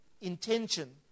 intention